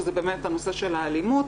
שזה באמת הנושא של האלימות,